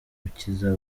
gukiza